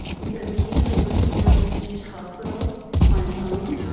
because we knew that we couldn't work with each hospital on its own.